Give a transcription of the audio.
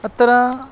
अत्र